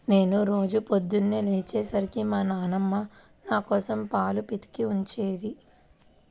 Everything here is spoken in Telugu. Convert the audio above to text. నేను రోజూ పొద్దన్నే లేచే సరికి మా నాన్నమ్మ నాకోసం పాలు పితికి ఉంచుద్ది